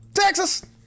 Texas